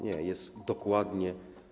Nie, jest dokładnie.